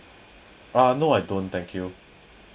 ah no I don't thank you